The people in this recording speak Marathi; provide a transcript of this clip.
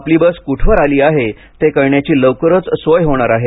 आपली बस कुठवर आली आहे ते कळण्याची लवकरच सोय होणार आहे